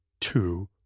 two